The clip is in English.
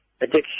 addiction